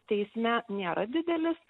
teisme nėra didelis